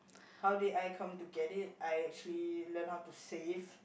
how did I come to get it I actually learn how to save